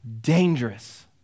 dangerous